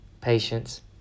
patience